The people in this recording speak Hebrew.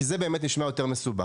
כי זה נשמע יותר מסובך.